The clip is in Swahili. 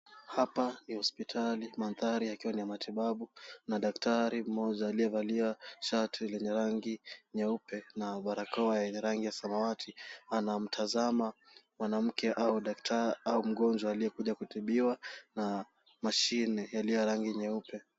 Hapa ni hospitali, mandhari yakiwa ni ya matibabu na daktari mmoja aliyevalia shati lenye rangi nyeupe na barakoa yenye rangi ya samawati, anamtazama mwanamke au mgonjwa aliyekuja kutubiwa na mashine yaliyo ya rangi ya nyeupe.